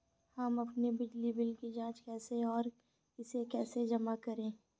हम अपने बिजली बिल की जाँच कैसे और इसे कैसे जमा करें?